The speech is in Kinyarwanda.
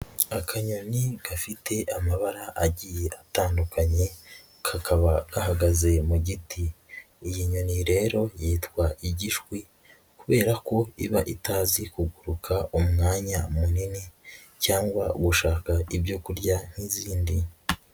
Akanyoni gafite amabara agiye atandukanye kakaba gahagaze mu giti, iyi nyoni rero yitwa igishwi kubera ko iba itazi kuguruka umwanya munini cyangwa gushaka ibyo kurya nk'izindi.